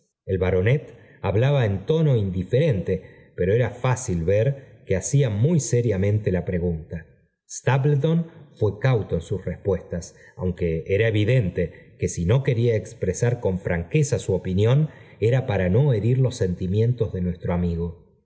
el baronet hablaba en tono indiferente pero era fácil ver que hacía muy seriamente la pregunta stapleton fué cauto en sus respuestas aunque era evidente que si no quería expresar con franqueza su opinión era para no herir los sentimientos de nuestro amigo